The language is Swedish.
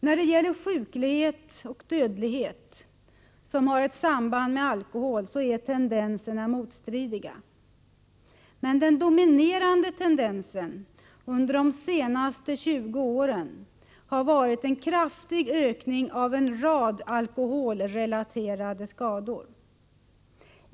När det gäller sjuklighet och dödlighet, som har ett samband med alkohol, är tendenserna motstridiga. Men den dominerande tendensen under de senaste 20 åren har varit en kraftig ökning av en rad alkoholrelaterade skador.